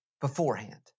beforehand